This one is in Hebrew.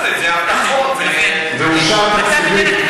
2017. זה, זה אושר תקציבית.